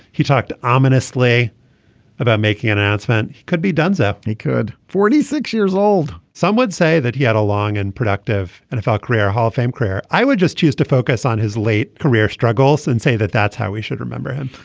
he talked ominously about making an announcement could be done so he could forty six years old some would say that he had a long and productive nfl career hall of fame career. i would just choose to focus on his late career struggles and say that that's how we should remember him.